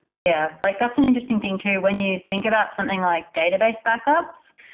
yeah, like that's an interesting thing too when you think about something like database backups.